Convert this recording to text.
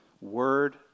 word